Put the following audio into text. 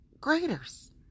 Graders